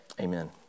Amen